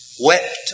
Wept